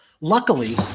luckily